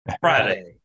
friday